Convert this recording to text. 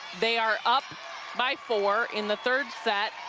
they are up by four in the third set